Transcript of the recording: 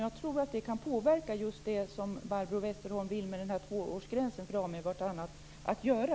Jag tror att det kan påverka just det som Barbro Westerholm vill med tvåårsgränsen eftersom det har med vartannat att göra.